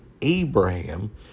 Abraham